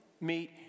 meet